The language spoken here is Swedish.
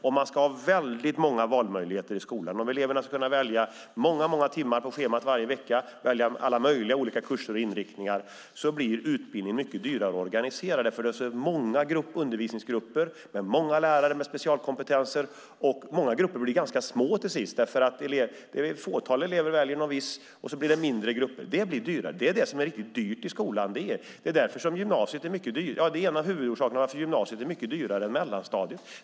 Om eleverna ska ha väldigt många valmöjligheter i skolan, om de ska kunna välja många timmar på schemat varje vecka och välja alla möjliga kurser och inriktningar, blir utbildningen mycket dyrare att organisera. Det blir nämligen många undervisningsgrupper med många lärare med specialkompetenser, och många grupper blir till sist ganska små eftersom ett fåtal elever väljer dem. Då blir det mindre grupper, och då blir det dyrare. Det är det som är riktigt dyrt i skolan, och det är en av huvudorsakerna till att gymnasiet är mycket dyrare än mellanstadiet.